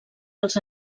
als